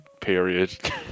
period